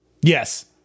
Yes